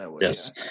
Yes